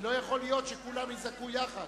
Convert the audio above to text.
לא יכול להיות שכולם יזעקו יחד.